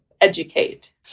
educate